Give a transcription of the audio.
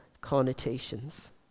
connotations